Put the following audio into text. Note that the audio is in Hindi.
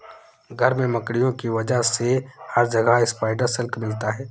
घर में मकड़ियों की वजह से हर जगह स्पाइडर सिल्क मिलता है